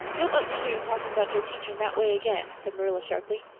don't let me hear you talking about your teacher in that way again, said marilla sharply.